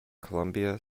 columbia